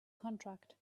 contract